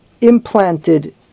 implanted